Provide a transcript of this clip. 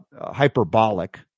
hyperbolic